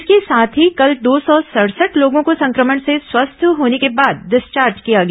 इसके साथ ही कल दो सौ सड़सठ लोगों को संक्रमण से स्वस्थ होने के बाद डिस्चार्ज किया गया